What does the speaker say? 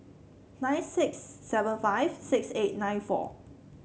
nine six seven five six eight nine four